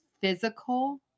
physical